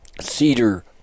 cedar